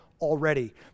already